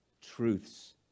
truths